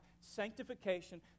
sanctification